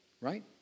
Right